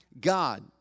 God